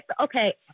Okay